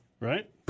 right